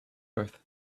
birth